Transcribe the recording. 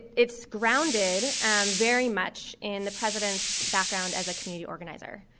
it's grounded very much in the president's background as a community organizer.